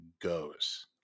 goes